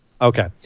okay